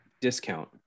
discount